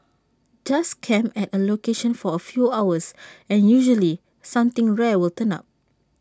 just camp at A location for A few hours and usually something rare will turn up